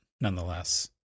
nonetheless